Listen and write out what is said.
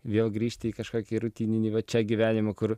vėl grįžti į kažkokį rutininį va čia gyvenimą kur